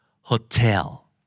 Hotel